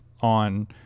on